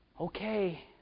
okay